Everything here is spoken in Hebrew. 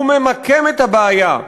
הוא ממקם את הבעיה,